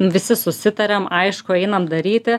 visi susitariam aišku einam daryti